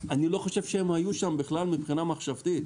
אני לא חושב שהם היו שם בכלל מבחינה מחשבתית.